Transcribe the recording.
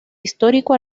histórico